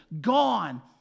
Gone